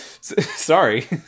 Sorry